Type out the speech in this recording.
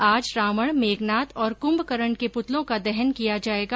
आज रावण मेघनाद और कम्मकरण के पुतलों को दहन किय जायेगा